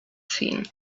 seen